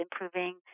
improving